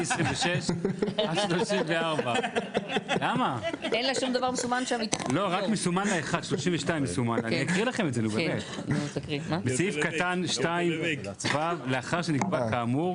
מסעיף 26 ועד סעיף 34. בסעיף קטן 2(ו): "לאחר שנקבע כאמור,